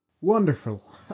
Wonderful